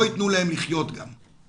לא יתנו להם לחיות גם.